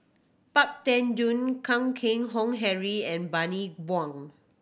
Pang Teck Joon Kan Keng Howe Harry and Bani Buang